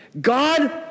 God